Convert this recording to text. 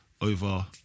over